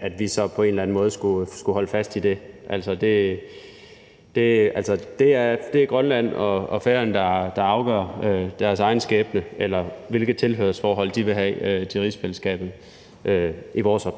at vi så på en eller anden måde skulle holde fast i det. Altså, i vores optik er det Grønland og Færøerne, der afgør deres egen skæbne, eller hvilket tilhørsforhold de vil have til rigsfællesskabet.